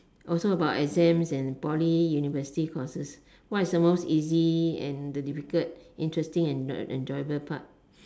also about exams and poly university courses what is the most easy and the difficult interesting and the enjoyable part